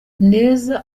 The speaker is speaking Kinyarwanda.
neza